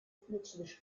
plötzlich